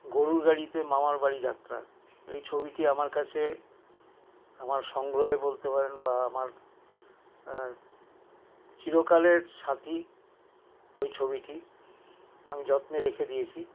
গরুর গাড়িতে মামার বাড়ি যাত্রা এই ছবিটি আমার কাছে আমার সংগ্রহে বলতে পারেন বা আমার চিরকালের সাথী ওই ছবিটি আমি যত্নে রেখে দিয়েছি